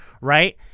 right